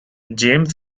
james